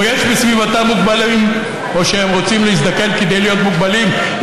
יש בסביבתם מוגבלים או שהם רוצים להזדקן כדי להיות מוגבלים.